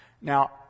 Now